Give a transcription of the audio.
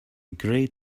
agreed